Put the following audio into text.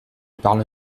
parle